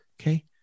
Okay